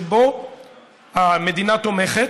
שבו המדינה תומכת.